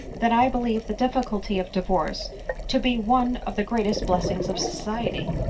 that i believe the difficulty of divorce to be one of the greatest blessings of society.